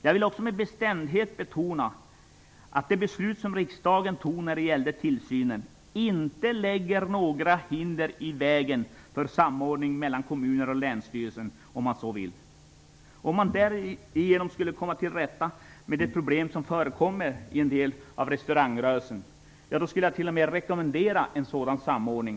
Jag vill också med bestämdhet betona att det beslut om tillsynen som denna riksdag fattade inte lägger några hinder i vägen för samordning mellan kommuner och länsstyrelsen om man så vill. Om man därigenom skulle komma till rätta med de problem som förekommer i en del av restaurangrörelsen skulle jag t.o.m. rekommendera en sådan samordning.